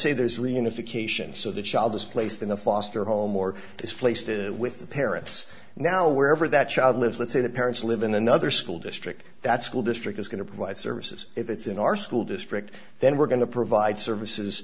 the child is placed in the foster home or displaced it with the parents now wherever that child lives let's say the parents live in another school district that school district is going to provide services if it's in our school district then we're going to provide services